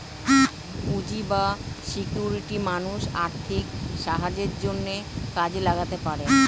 পুঁজি বা সিকিউরিটি মানুষ আর্থিক সাহায্যের জন্যে কাজে লাগাতে পারে